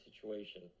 situation